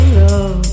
love